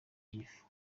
y’igifu